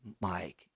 Mike